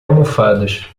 almofadas